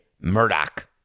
Murdoch